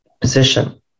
position